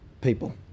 people